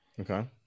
Okay